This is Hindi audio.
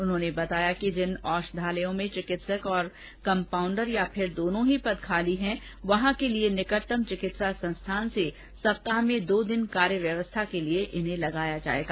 उन्होंने बताया कि जिन औषधालयों में चिकित्सक और कम्पाउंडर या फिर दोनो ही पद रिक्त हो वहां के लिए निकटतम चिकित्सा संस्थान से सप्ताह में दो दिन कार्य व्यवस्था के लिए इन्हें लगाया जाएगा